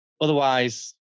otherwise